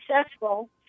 successful